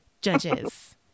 Judges